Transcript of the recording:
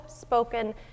spoken